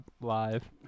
live